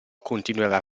continuerà